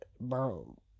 bro